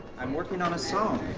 i'm working on a song.